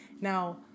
Now